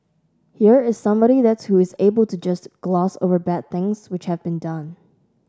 here is somebody that's who is able to just gloss over bad things which have been done